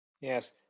Yes